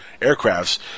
aircrafts